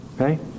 okay